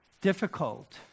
difficult